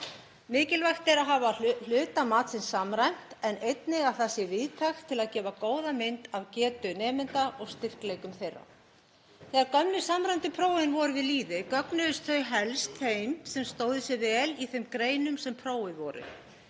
Mikilvægt er að hafa hluta matsins samræmdan en einnig að það sé víðtækt til að gefa góða mynd af getu nemenda og styrkleikum þeirra. Þegar gömlu samræmdu prófin voru við lýði gögnuðust þau helst þeim sem stóðu sig vel í þeim greinum sem prófin voru